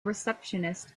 receptionist